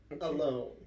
alone